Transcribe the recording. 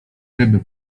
ryby